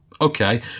okay